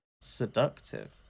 seductive